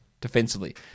defensively